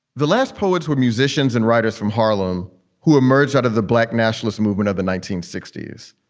the last poets were musicians and writers from harlem who emerged out of the black nationalist movement of the nineteen sixty s.